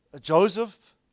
Joseph